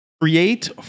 create